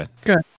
good